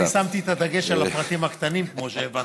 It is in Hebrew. שמתי את הדגש על הפרטים הקטנים, כמו שהבנת.